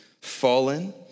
fallen